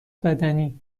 بدنی